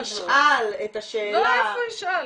ישאל את השאלה --- לא, איפה ישאל.